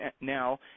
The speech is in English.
now